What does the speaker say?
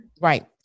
Right